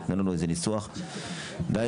ד',